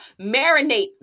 Marinate